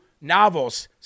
novels